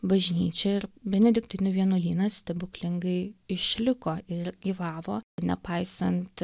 bažnyčia ir benediktinių vienuolynas stebuklingai išliko ir gyvavo nepaisant